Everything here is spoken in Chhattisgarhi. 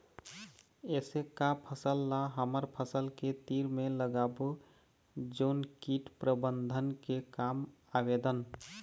ऐसे का फसल ला हमर फसल के तीर मे लगाबो जोन कीट प्रबंधन के काम आवेदन?